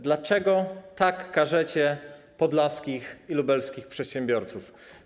Dlaczego tak karzecie podlaskich i lubelskich przedsiębiorców?